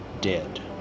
dead